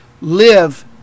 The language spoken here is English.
live